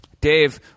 Dave